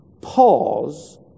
pause